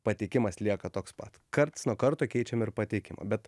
pateikimas lieka toks pat karts nuo karto keičiam ir pateikimą bet